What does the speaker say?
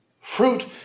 Fruit